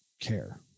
care